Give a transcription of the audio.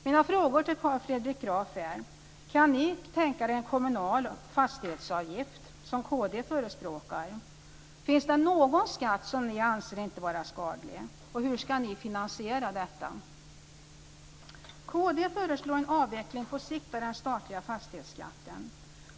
Mina frågor till Carl Fredrik Graf är: Kan ni tänka er en kommunal fastighetsavgift, som kd förespråkar? Finns det någon skatt som ni inte anser vara skadlig? Och hur ska ni finansiera detta? Kd föreslår en avveckling på sikt av den statliga fastighetsskatten.